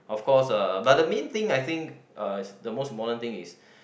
of course uh but the main thing I think uh is the most important thing is